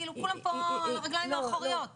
כולם פה על הרגליים האחוריות.